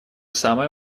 самое